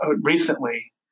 recently